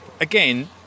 Again